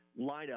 lineup